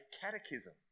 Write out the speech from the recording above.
catechism